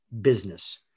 business